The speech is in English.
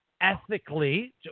ethically